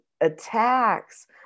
attacks